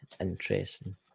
interesting